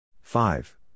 Five